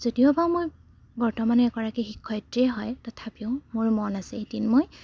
যদিওবা মই বৰ্তমানে এগৰাকী শিক্ষয়িত্ৰীয়ে হয় তথাপিও মোৰ মন আছে এদিন মই